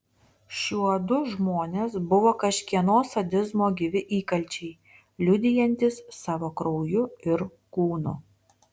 šiuodu žmonės buvo kažkieno sadizmo gyvi įkalčiai liudijantys savo krauju ir kūnu